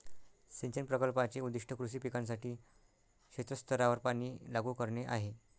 सिंचन प्रकल्पाचे उद्दीष्ट कृषी पिकांसाठी क्षेत्र स्तरावर पाणी लागू करणे आहे